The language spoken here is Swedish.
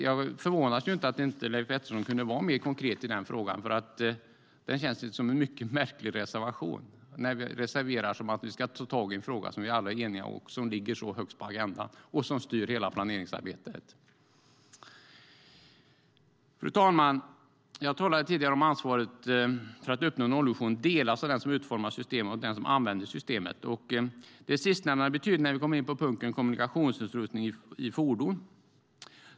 Jag förvånas inte över att Leif Pettersson inte kunde vara mer konkret i den frågan eftersom det känns som en mycket märklig reservation. Det är en reservation i en fråga där vi alla är eniga, frågan ligger högt på agendan och frågan styr hela planeringsarbetet. Fru talman! Jag talade tidigare om att ansvaret för att uppnå nollvisionen delas av den som utformar systemet och av den som använder systemet. Det här blir tydligt när vi kommer in på punkten Kommunikationsutrustning i fordon.